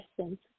essence